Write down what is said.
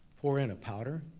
pour in a powder,